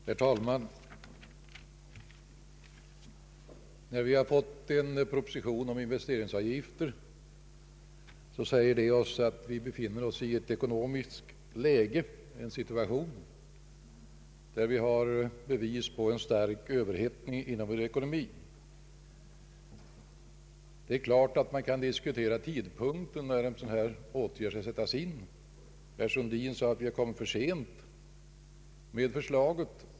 Herr talman! Att vi har fått en proposition om investeringsavgifter säger oss att vi befinner oss i en ekonomisk situation där det finns bevis på en stark överhettning av vår ekonomi. Det är klart att man kan diskutera tidpunkten när en sådan här åtgärd skall sättas in. Herr Sundin sade att vi har kommit för sent med förslaget.